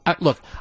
look